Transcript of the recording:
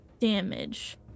Damage